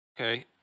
Okay